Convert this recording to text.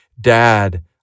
dad